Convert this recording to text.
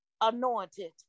anointed